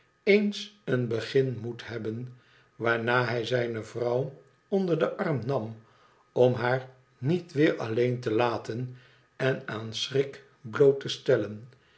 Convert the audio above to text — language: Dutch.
eens een begin moet hebben waarna hij zijne vrouw onder den arm nam om haar niet weer alleen te laten en aan schrik bloot te stellen